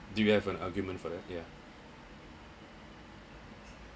do you have an argument for that yeah